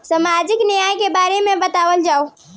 सामाजिक न्याय के बारे में बतावल जाव?